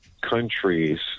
countries